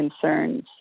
concerns